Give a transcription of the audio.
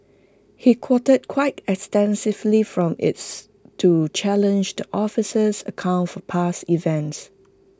he quoted quite extensively from its to challenge the officer's account for past events